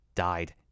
died